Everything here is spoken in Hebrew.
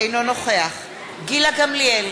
אינו נוכח גילה גמליאל,